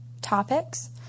topics